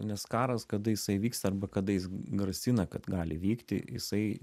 nes karas kada jisai vyksta arba kada jis grasina kad gali vykti jisai